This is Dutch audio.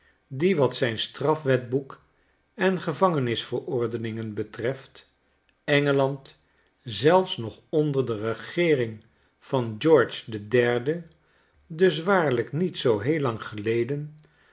die wat zijn strafwetboek en gevangenis verordeningen betreft engeland zelfs nog onder de regeering van george den derden dus waarlijk niet zoo heel lang geleden